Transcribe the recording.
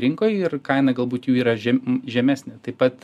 rinkoj ir kaina galbūt jų yra žem žemesnė taip pat